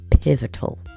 pivotal